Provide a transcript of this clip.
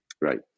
Right